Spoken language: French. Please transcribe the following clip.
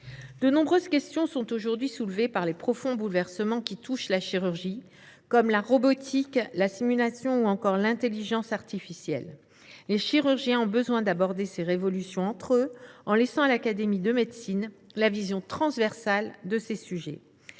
De nombreuses questions sont aujourd’hui soulevées par les profonds bouleversements qui touchent la chirurgie, comme la robotique, la simulation ou encore l’intelligence artificielle. Les chirurgiens ont besoin d’aborder ces révolutions entre eux, en laissant à l’Académie nationale de médecine la vision transversale de ces sujets.